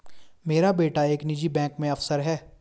मेरा बेटा एक निजी बैंक में अफसर है